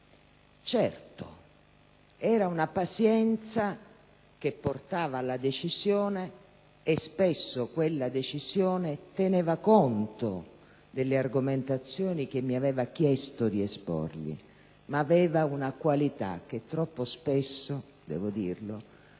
Certo, era una pazienza che portava alla decisione, e spesso quella decisione teneva conto delle argomentazioni che mi aveva chiesto di esporgli, ma aveva una qualità che troppo spesso - devo dirlo